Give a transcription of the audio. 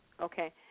Okay